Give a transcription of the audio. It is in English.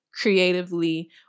creatively